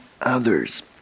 others